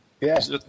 Yes